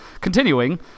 continuing